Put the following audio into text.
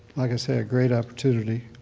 like i say, a great opportunity.